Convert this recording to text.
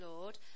Lord